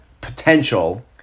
potential